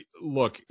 look